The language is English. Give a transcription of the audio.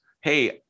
Hey